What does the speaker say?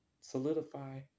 solidify